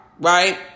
Right